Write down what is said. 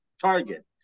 target